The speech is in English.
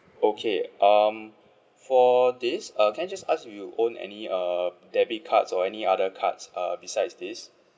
okay um for this uh can I just ask do you own any uh debit cards or any other cards uh besides this